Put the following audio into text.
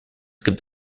gibt